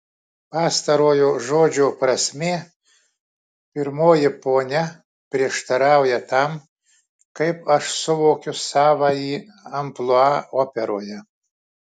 pastarojo žodžio prasmė pirmoji ponia prieštarauja tam kaip aš suvokiu savąjį amplua operoje